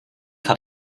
hat